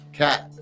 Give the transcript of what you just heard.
cat